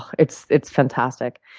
it's it's fantastic.